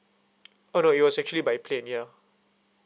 oh no it was actually by plane ya